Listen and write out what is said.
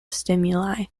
stimuli